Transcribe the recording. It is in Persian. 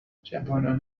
جوانان